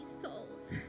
souls